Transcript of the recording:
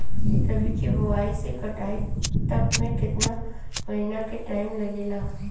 रबी के बोआइ से कटाई तक मे केतना महिना के टाइम लागेला?